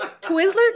Twizzler